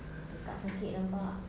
tekak sakit nampak